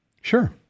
sure